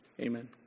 Amen